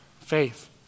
faith